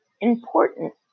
important